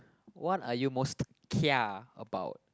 what are you most kia about